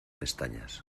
pestañas